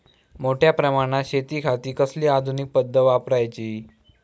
मोठ्या प्रमानात शेतिखाती कसली आधूनिक पद्धत वापराची?